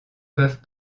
peuvent